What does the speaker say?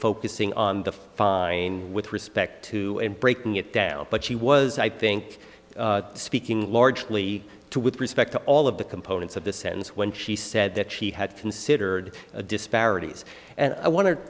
focusing on the fine with respect to breaking it down but she was i think speaking largely to with respect to all of the components of the sentence when she said that she had considered disparities and i want to